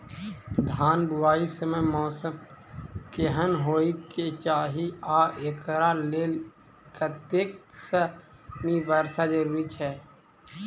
धान बुआई समय मौसम केहन होइ केँ चाहि आ एकरा लेल कतेक सँ मी वर्षा जरूरी छै?